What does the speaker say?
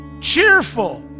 cheerful